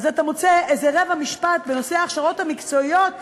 אז אתה מוצא איזה רבע משפט בנושא ההכשרות המקצועיות,